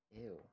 Ew